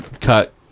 cut